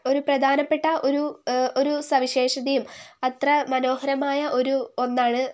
ഒരു പ്രധാനപ്പെട്ട ഒരു ഒരു സവിശേഷതയും അത്ര മനോഹരമായ ഒരു ഒന്നാണ്